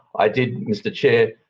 i did, mr chair,